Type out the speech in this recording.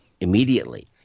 immediately